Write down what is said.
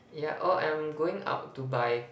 yeah oh I'm going out to buy